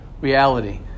reality